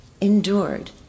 endured